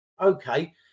okay